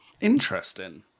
Interesting